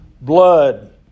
blood